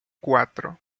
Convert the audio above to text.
cuatro